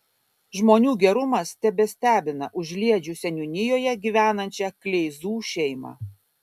žmonių gerumas tebestebina užliedžių seniūnijoje gyvenančią kleizų šeimą